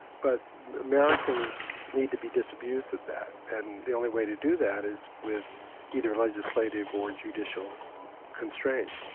but americans need to be disabused of that. and the only way to do that is with either legislative or judicial constraints.